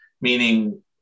meaning